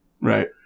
right